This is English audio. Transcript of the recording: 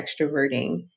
extroverting